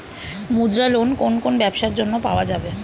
মুদ্রা লোন কোন কোন ব্যবসার জন্য পাওয়া যাবে?